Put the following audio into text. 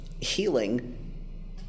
healing